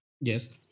Yes